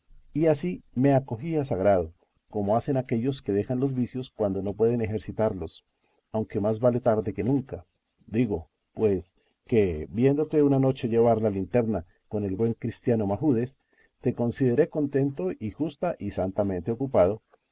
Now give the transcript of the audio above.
y así me acogí a sagrado como hacen aquellos que dejan los vicios cuando no pueden ejercitallos aunque más vale tarde que nunca digo pues que viéndote una noche llevar la linterna con el buen cristiano mahudes te consideré contento y justa y santamente ocupado y